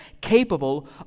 capable